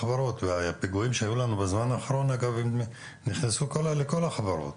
הפיגועים שאירוע בזמן האחרון פגעו בכל החברות,